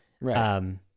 Right